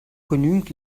genügend